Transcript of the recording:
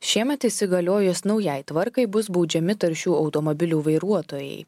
šiemet įsigaliojus naujai tvarkai bus baudžiami taršių automobilių vairuotojai